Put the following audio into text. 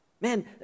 man